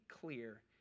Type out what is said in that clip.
clear